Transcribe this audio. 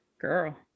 Girl